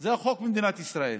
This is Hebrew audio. זה החוק במדינת ישראל,